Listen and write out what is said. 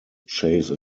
chase